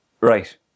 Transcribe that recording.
right